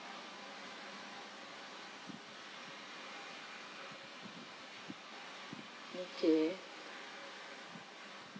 okay